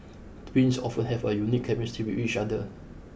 twins often have a unique chemistry with each other